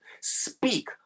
Speak